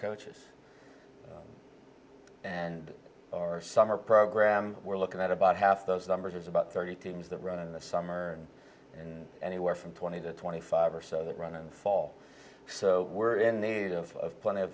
coaches and our summer program we're looking at about half those numbers is about thirty teams that run in the summer and in anywhere from twenty to twenty five or so that run and fall so we're in need of plenty of